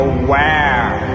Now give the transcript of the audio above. aware